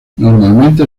normalmente